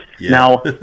Now